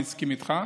הסכים איתך